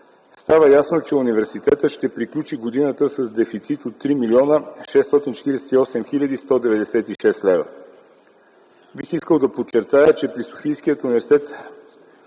става ясно, че университетът ще приключи годината с дефицит от 3 млн. 648 хил. 196 лв. Бих искал да подчертая, че при Софийския университет